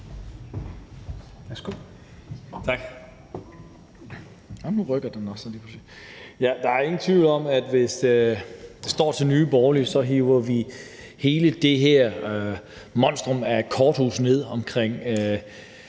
Der er ingen tvivl om, at hvis det står til Nye Borgerlige, hiver vi hele det her monstrum af et korthus ned omkring